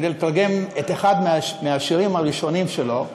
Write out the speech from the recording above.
לתרגם אחד מהשירים הראשונים שלו,